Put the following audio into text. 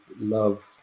love